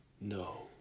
no